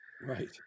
Right